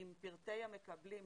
עם פרטי המקבלים,